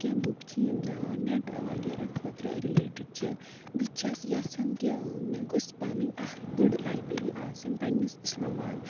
کیٚنٛہہ بُکہٕ چھِ یِم نٮ۪ٹ وغیرہ خٲطرٕ رِلیٹڈ چھِ بہٕ چھَس یَژھان کہِ مےٚ گوٚژھ پنٕنۍ اَکھ بٔڑ لایبیری آسٕنۍ پنٛنِس اِسلام آباد